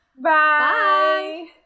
Bye